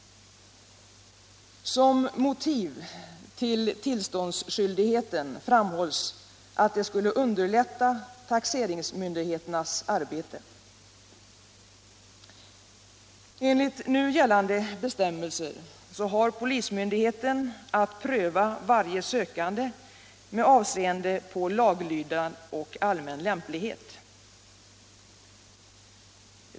Som motiv till tillståndsskyldigheten framhålls att en sådan skulle underlätta taxeringsmyndigheternas arbete. Enligt nu gällande bestämmelser har polismyndigheten att pröva varje sökande med avseende på laglydnad och allmän lämplighet.